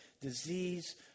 disease